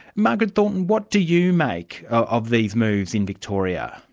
margaret thornton, what do you make of these moves in victoria?